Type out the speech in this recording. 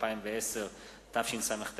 מאת חבר הכנסת